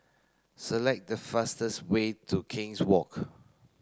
select the fastest way to King's Walk